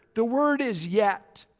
the word is yet.